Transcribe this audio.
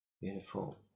Beautiful